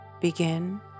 begin